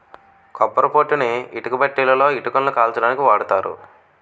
కొబ్బరి పొట్టుని ఇటుకబట్టీలలో ఇటుకలని కాల్చడానికి వాడతారు